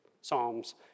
psalms